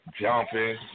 jumping